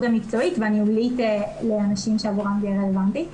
המקצועית והניהולית לאנשים שעבורם זה יהיה רלוונטי.